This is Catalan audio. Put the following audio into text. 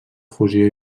fusió